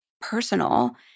personal